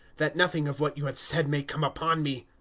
that nothing of what you have said may come upon me.